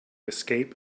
escape